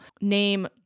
Name